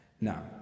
now